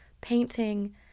painting